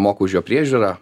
moka už jo priežiūrą